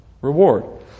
reward